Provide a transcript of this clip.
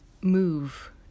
move